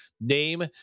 name